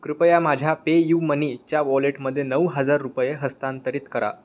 कृपया माझ्या पेयूमनीच्या वॉलेटमध्ये नऊ हजार रुपये हस्तांतरित करा